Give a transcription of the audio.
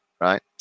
Right